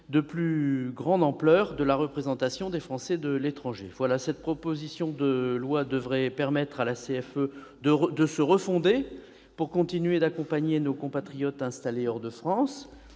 plus importante de la représentation des Français de l'étranger, comme cela a été souligné. Cette proposition de loi devrait permettre à la CFE de se refonder pour continuer d'accompagner nos compatriotes installés hors de France.